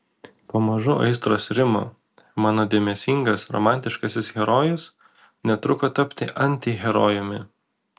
pamažu aistros rimo mano dėmesingas romantiškasis herojus netruko tapti antiherojumi